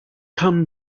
come